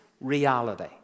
reality